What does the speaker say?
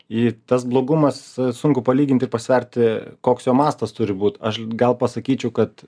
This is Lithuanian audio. tas blogumas sunku palyginti ir pasverti koks jo mastas turi būt aš gal pasakyčiau kad